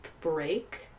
break